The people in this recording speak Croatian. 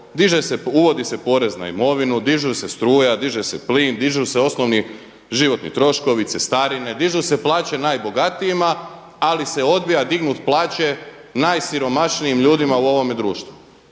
uvodi se porez na imovinu, diže se struja, diže se plin, dižu se osnovni životni troškovi, cestarine, dižu se plaće najbogatijima ali se odbijaju dignuti plaće najsiromašnijim ljudima u ovome društvu.